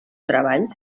treball